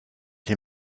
les